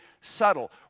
subtle